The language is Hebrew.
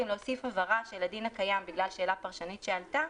בנוסף, בגלל שאלה פרשנית שעלתה,